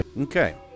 Okay